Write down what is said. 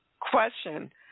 question